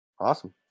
Awesome